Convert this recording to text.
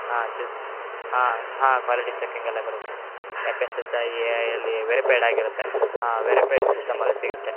ಹಾಂ ಜ್ಯೂಸ್ ಹಾಂ ಹಾಂ ಕ್ವಾಲಿಟಿ ಚೆಕಿಂಗೆಲ್ಲ ಬರುತ್ತೆ ಎಫ್ ಎಸ್ ಎಸ್ ಐಯಲ್ಲಿ ವೆರಿಪೈಡ್ ಆಗಿರುತ್ತೆ ಹಾಂ ವೆರಿಪೈಡ್ ಸಿಸ್ಟಮ್ಮಲ್ಲಿ ಸಿಗುತ್ತೆ